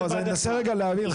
לא, אז אני מנסה רגע להבין.